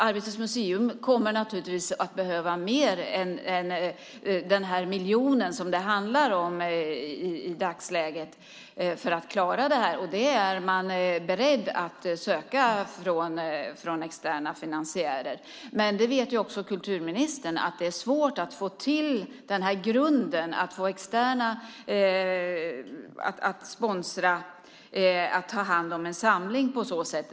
Arbetets museum kommer naturligtvis att behöva mer än den miljon som det i dagsläget handlar om för att klara detta, och man är beredd att söka pengar från externa finansiärer. Men kulturministern vet att det är svårt att få till en grund, att få externa finansiärer att satsa pengar för att kunna ta hand om en samling på detta sätt.